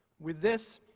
with this,